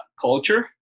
culture